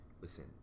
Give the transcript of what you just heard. listen